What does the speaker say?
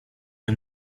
nie